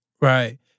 Right